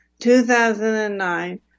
2009